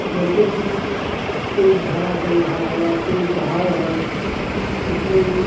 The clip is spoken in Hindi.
जैसे कि तेज़ धारा चल रहा है या तेज़ बहाव है उसमें